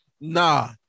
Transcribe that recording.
Nah